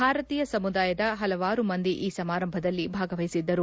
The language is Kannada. ಭಾರತೀಯ ಸಮುದಾಯದ ಹಲವಾರು ಮಂದಿ ಈ ಸಮಾರಂಭದಲ್ಲಿ ಭಾಗವಹಿಸಿದ್ದರು